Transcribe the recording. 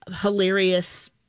hilarious